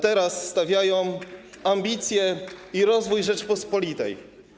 Teraz stawiajmy na ambicje i na rozwój Rzeczypospolitej.